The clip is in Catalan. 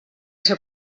ser